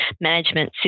management